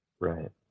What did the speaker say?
Right